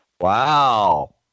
wow